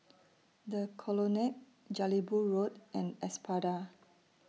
The Colonnade Jelebu Road and Espada